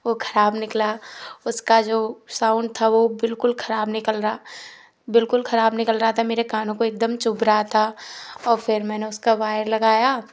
वो ख़राब निकला उसका जो साउन्ड था वो बिल्कुल ख़राब निकल रहा बिल्कुल ख़राब निकल रहा था मेरे कानों को एक दम चुभ रहा था और फिर मैंने उसका वायर लगाया